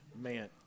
man